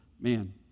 Man